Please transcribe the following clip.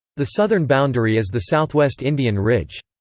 the southern boundary is the southwest indian ridge.